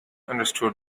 understood